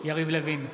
יריב לוין,